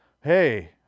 Hey